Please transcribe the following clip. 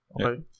Okay